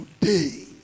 today